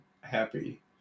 happy